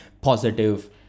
positive